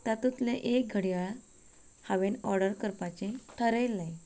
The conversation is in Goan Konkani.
तातूंतले एक घडयाळ हांवेन ऑर्डर करपाचे ठरयल्लें